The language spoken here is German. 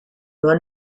nur